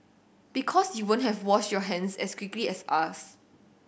because you won't have washed your hands as quickly as us